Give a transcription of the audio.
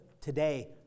today